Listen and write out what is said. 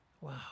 Wow